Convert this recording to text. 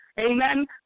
Amen